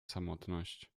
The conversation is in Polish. samotność